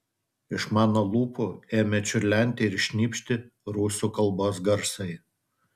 iš mano lūpų ėmė čiurlenti ir šnypšti rusų kalbos garsai